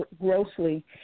grossly